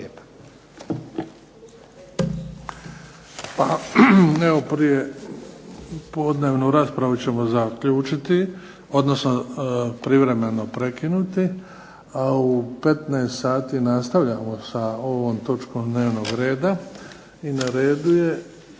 Pa evo prijepodnevnu raspravu ćemo zaključiti, odnosno privremeno prekinuti, a u 15,00 sati nastavljaju sa ovom točkom dnevnog reda. I na redu je